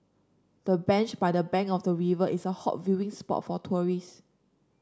the bench by the bank of the river is a hot viewing spot for tourists